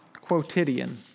quotidian